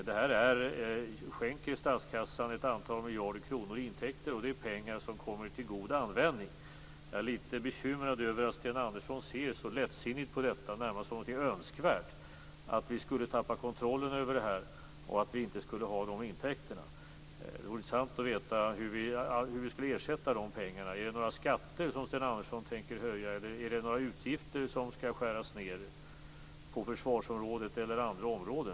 Spelverksamheten skänker statskassan ett antal miljarder kronor i intäkter, och det är pengar som kommer till god användning. Jag är lite bekymrad över att Sten Andersson ser så lättsinnigt på detta, nästan som någonting önskvärt att vi skulle tappa kontrollen och att vi inte skulle ha dessa intäkter. Det vore intressant att få veta hur vi skulle ersätta dessa pengar. Är det några skatter som Sten Andersson vill höja, eller är det några utgifter som skall skäras ned, t.ex. på försvarsområdet eller på några andra områden?